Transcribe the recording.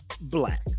Black